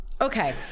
Okay